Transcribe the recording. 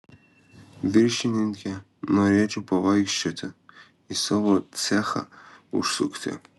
viršininke norėčiau pavaikščioti į savo cechą užsukti